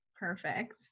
Perfect